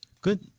good